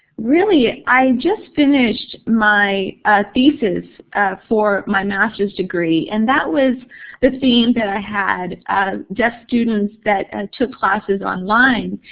really, i just finished my thesis for my master's degree. and that was the theme that i had deaf students that and took classes online.